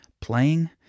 playing